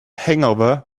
hangover